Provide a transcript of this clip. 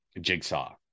jigsaw